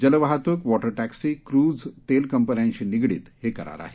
जलवाहतूक water taxi cruise तेल कंपन्यांशी निगडीत हे करार आहेत